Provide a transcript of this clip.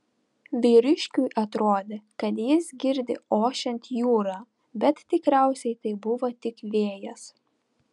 vyriškiui atrodė kad jis girdi ošiant jūrą bet tikriausiai tai buvo tik vėjas